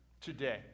today